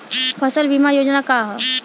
फसल बीमा योजना का ह?